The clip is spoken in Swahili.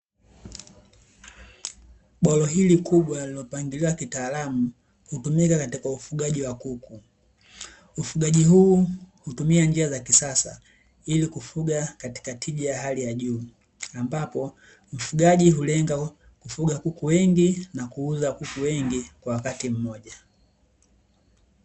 Bwalo hili kubwa lililopangiliwa kitaalamu hutumika katika ufugaji wa kuku. Ufugaji huu hutumia njia za kisasa, ili kufuga katika tija ya hali ya juu, ambapo mfugaji hulenga kufuga kuku wengi na kuuza kuku wengi kwa wakati mmoja.